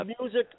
music